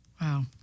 Wow